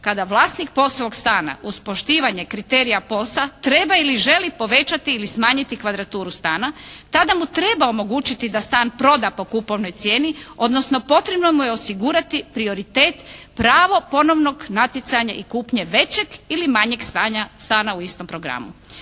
kada vlasnik POS-ovog stana uz poštivanje kriterija POS-a treba ili želi povećati ili smanjiti kvadraturu stana. Tada mu treba omogućiti da stan proda po kupovnoj cijeni, odnosno potrebno mu je osigurati prioritet, pravo ponovnog natjecanja i kupnje većeg ili manjeg stana u istom programu.